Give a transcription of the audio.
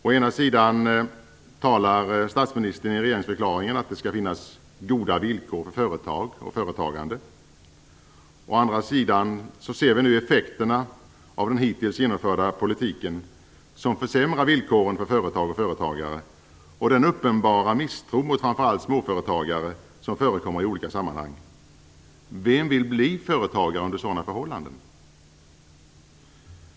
Å ena sidan talar statsministern i regeringsförklaringen om att det skall finnas goda villkor för företag och företagande, å andra sidan ser vi nu effekterna av den hittills genomförda politiken, som försämrar villkoren för företag och företagare, och den uppenbara misstron mot framför allt småföretagare som förekommer i olika sammanhang. Vem vill bli företagare under sådana förhållanden?